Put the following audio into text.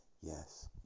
yes